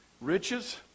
Riches